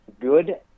good